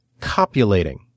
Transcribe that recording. copulating—